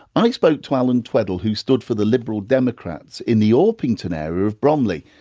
i spoke to allan tweddle who stood for the liberal democrats in the orpington area of bromley.